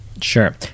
Sure